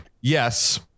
yes